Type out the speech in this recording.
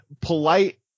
polite